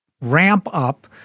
ramp-up